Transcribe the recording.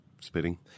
spitting